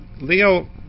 Leo